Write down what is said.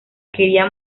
quería